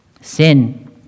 Sin